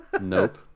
nope